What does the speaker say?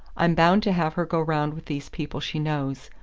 i'm bound to have her go round with these people she knows.